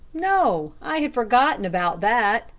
no, i had forgotten about that,